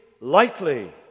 lightly